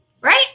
Right